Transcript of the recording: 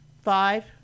five